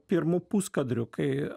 pirmų puskadrių kai